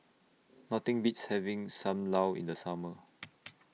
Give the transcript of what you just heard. Nothing Beats having SAM Lau in The Summer